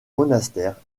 monastère